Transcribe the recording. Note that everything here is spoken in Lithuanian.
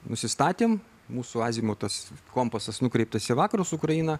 nusistatėm mūsų azimutas kompasas nukreiptas į vakarus ukraina